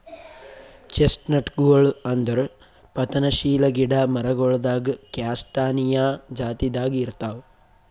ಚೆಸ್ಟ್ನಟ್ಗೊಳ್ ಅಂದುರ್ ಪತನಶೀಲ ಗಿಡ ಮರಗೊಳ್ದಾಗ್ ಕ್ಯಾಸ್ಟಾನಿಯಾ ಜಾತಿದಾಗ್ ಇರ್ತಾವ್